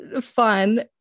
fun